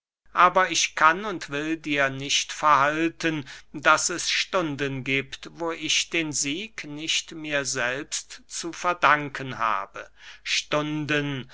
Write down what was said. aber ich kann und will dir nicht verhalten daß es stunden giebt wo ich den sieg nicht mir selbst zu verdanken habe stunden